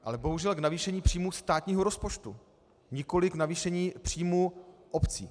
Ale bohužel k navýšení příjmů státního rozpočtu, nikoliv k navýšení příjmů obcí.